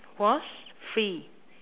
was free